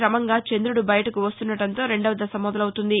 కమంగా చందుడు బయటకు వస్తుండడంతో రెండవ దశ మొదలవుతుంది